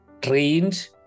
trained